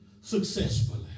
successfully